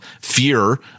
fear